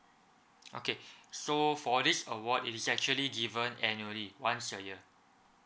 okay so for this award it's actually given annually once a year